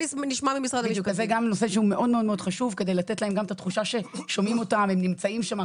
זה נושא מאוד חשוב כדי לתת להם את התחושה ששומעים אותם ונמצאים שם.